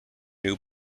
new